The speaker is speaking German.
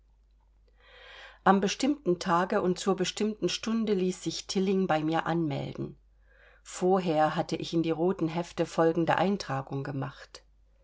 am bestimmten tage und zur bestimmten stunde ließ sich tilling bei mir anmelden vorher hatte ich in die roten hefte folgende eintragung gemacht